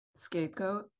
Scapegoat